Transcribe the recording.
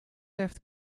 left